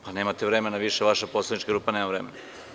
Pa nemate vremena više, vaša poslanička grupa više nema vremena.